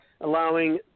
allowing